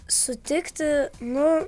sutikti nu